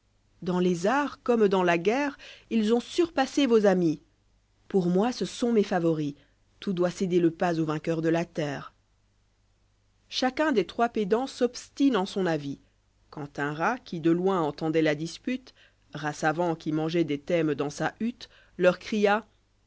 dans les arts comme dans la guerre ils ont surpassé vos amis pour moi ce sont mes favoris tout doit céder le pas aux vainqueurs de la terre chacun des trois pédants s'obstine en son avis quand un rat qui de loin entendoit la dispute rat savant qui mangeoit des thèmes dans sa hutte leur cria